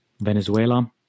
Venezuela